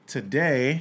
Today